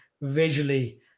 visually